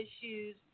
issues